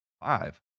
five